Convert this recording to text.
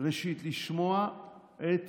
ראשית לשמוע את